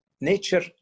Nature